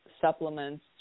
supplements